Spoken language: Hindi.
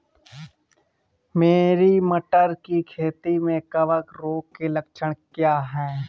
मेरी मटर की खेती में कवक रोग के लक्षण क्या हैं?